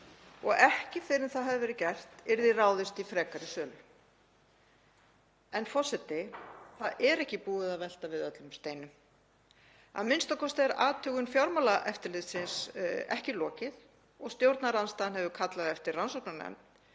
og ekki fyrr en það hefði verið gert yrði ráðist í frekari sölu. En, forseti, það er ekki búið að velta við öllum steinum, a.m.k. er athugun Fjármálaeftirlitsins ekki lokið og stjórnarandstaðan hefur kallað eftir rannsóknarnefnd,